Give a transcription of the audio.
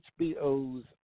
HBO's